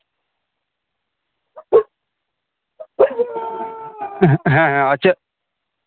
ᱦᱮᱸ ᱦᱮᱸ ᱟᱨ ᱪᱮᱫ